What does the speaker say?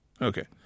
Okay